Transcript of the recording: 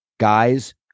guys